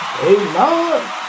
Amen